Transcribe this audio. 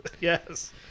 Yes